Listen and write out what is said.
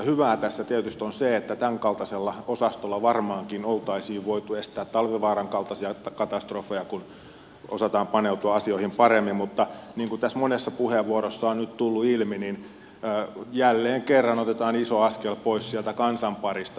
hyvää tässä tietysti on se että tämänkaltaisella osastolla varmaankin oltaisiin voitu estää talvivaaran kaltaisia katastrofeja kun osataan paneutua asioihin paremmin mutta niin kuin monessa puheenvuorossa on nyt tullut ilmi niin jälleen kerran otetaan iso askel pois sieltä kansan parista